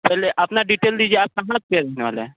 पहले अपना डिटेल दीजिए आप कहाँ के रहने वाले हैं